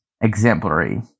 exemplary